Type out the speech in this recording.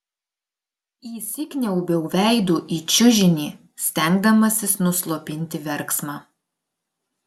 įsikniaubiau veidu į čiužinį stengdamasis nuslopinti verksmą